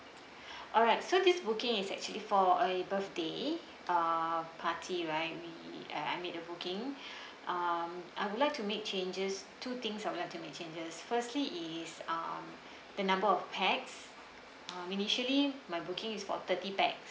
alright this booking is actually for a birthday uh party right we I made a booking um I would like to make changes two things I would like to make changes firstly is um the number of pax uh initially my booking is for thirty pax